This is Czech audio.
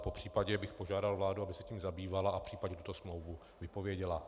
Popřípadě bych požádal vládu, aby se tím zabývala a případně tuto smlouvu vypověděla.